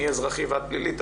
אם זה פלילי או אזרחי,